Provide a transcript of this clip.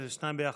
זה שתיים ביחד,